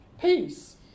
peace